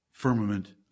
Firmament